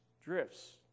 drifts